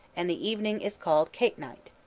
and the evening is called cake night.